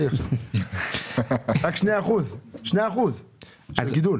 הצבעה בשעה 11:49. (הישיבה נפסקה בשעה 11:44 ונתחדשה בשעה 11:49.)